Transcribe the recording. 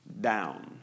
down